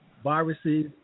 viruses